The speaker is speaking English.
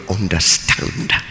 understand